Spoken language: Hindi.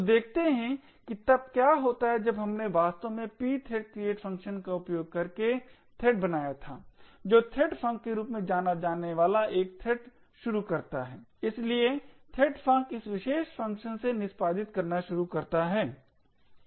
तो देखते हैं कि तब क्या होता है जब हमने वास्तव में pthread create फ़ंक्शन का उपयोग करके थ्रेड बनाया था जो threadfunc के रूप में जाना जाने वाला एक थ्रेड शुरू करता है इसलिए threadfunc इस विशेष फ़ंक्शन से निष्पादित करना शुरू करता है